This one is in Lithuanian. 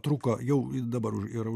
truko jau dabar yra